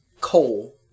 coal